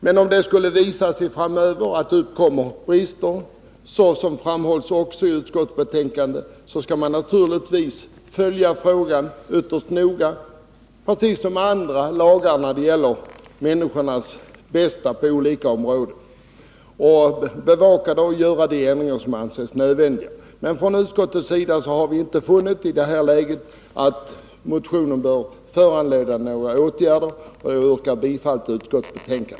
Men man skall naturligtvis följa den här frågan ytterst noga, precis som man skall göra när det gäller andra lagar som gäller människornas bästa på olika områden. Om det framöver skulle visa sig att det uppkommer brister — I det framhålls också i utskottsbetänkandet — skall man naturligtvis göra de ändringar som anses nödvändiga. Men i det här läget har vi från utskottets sida inte funnit att motionen bör föranleda några åtgärder. Jag yrkar bifall till utskottets hemställan.